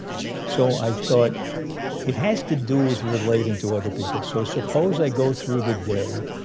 so i thought it has to do with relating to other people. so suppose i go through the day